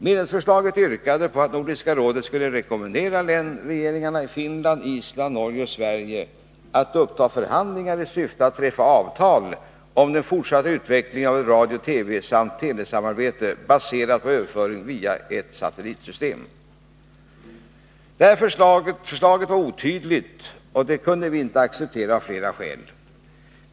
Medlemsförslaget yrkade på att Nordiska rådet skulle ”rekommendera regeringarna i Finland, Island, Norge och Sverige att uppta förhandlingar i syfte att träffa avtal om den fortsatta utvecklingen av ett radiooch TV samt telesamarbete baserat på överföring via ett satellitsystem”. Förslaget var otydligt, och vi kunde av flera skäl inte acceptera det.